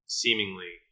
seemingly